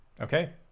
Okay